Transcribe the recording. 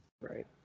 Right